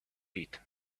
pit